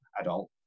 adult